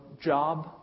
job